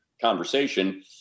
conversation